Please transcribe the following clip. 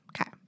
Okay